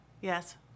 yes